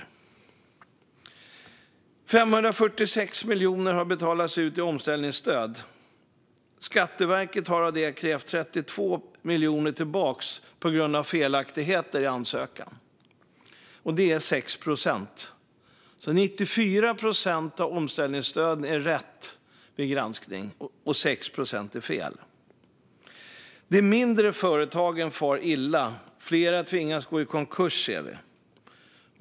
Av de 546 miljoner som har betalats ut i omställningsstöd har Skatteverket krävt tillbaka 32 miljoner på grund av felaktigheter i ansökan. Det motsvarar 6 procent. Det är alltså 94 procent av omställningsstödet som är rätt vid granskning och 6 procent som är fel. De mindre företagen far illa, och vi ser att flera tvingas gå i konkurs.